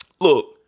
Look